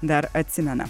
dar atsimena